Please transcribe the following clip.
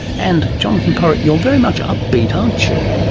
and, jonathon porritt, you're very much upbeat, aren't you.